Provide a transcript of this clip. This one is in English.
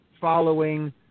following